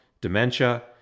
dementia